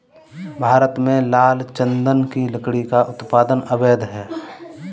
भारत में लाल चंदन की लकड़ी का उत्पादन अवैध है